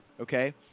okay